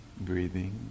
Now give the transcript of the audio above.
breathing